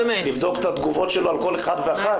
לבדוק את התגובות שלו על כל אחד ואחת?